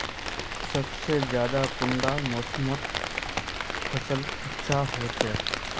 सबसे ज्यादा कुंडा मोसमोत फसल अच्छा होचे?